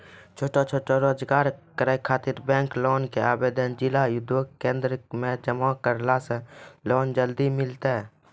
छोटो छोटो रोजगार करै ख़ातिर बैंक लोन के आवेदन जिला उद्योग केन्द्रऽक मे जमा करला से लोन जल्दी मिलतै?